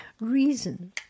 Reason